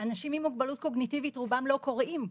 אנשים עם מוגבלות קוגניטיבית, רובם לא קוראים.